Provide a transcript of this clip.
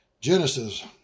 Genesis